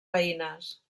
veïnes